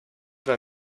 weil